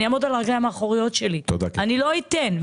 אעמוד על הרגליים האחוריות שלי, לא אתן.